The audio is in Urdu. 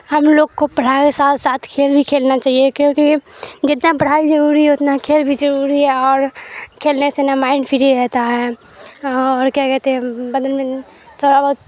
ہم لوگ کو پڑھائی کے ساتھ ساتھ کھیل بھی کھیلنا چاہیے کیونکہ جتنا پڑھائی ضروری ہے اتنا کھیل بھی ضروری ہے اور کھیلنے سے نا مائنڈ فری رہتا ہے اور کیا کہتے ہیں بدن میں تھوڑا بہت